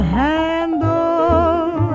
handle